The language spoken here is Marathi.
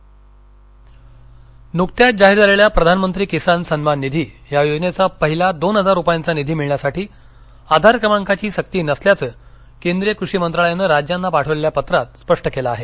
पंतप्रधान किसान योजना नुकत्याच जाहीर झालेल्या प्रधानमंत्री किसान सन्मान निधी या योजनेचा पहिला दोन हजार रुपयांचा निधी मिळण्यासाठी आधार क्रमांकाची सक्ती नसल्याचं केंद्रीय कृषी मंत्रालयानं राज्यांना पाठवलेल्या पत्रात स्पष्ट केलं आहे